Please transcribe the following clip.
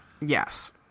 yes